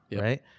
right